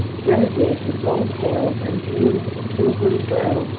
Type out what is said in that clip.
grenadiers with long tails and gleaming with a silvery glow,